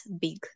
big